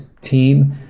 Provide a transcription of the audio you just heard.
team